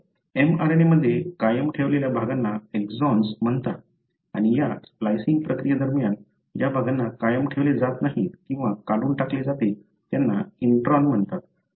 तर mRNA मध्ये कायम ठेवलेल्या भागांना एक्सॉन म्हणतात आणि या स्प्लायसिंग प्रक्रिये दरम्यान ज्या भागांना कायम ठेवले जात नाही किंवा काढून टाकले जाते त्यांना इंट्रॉन म्हणतात